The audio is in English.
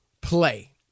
play